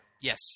Yes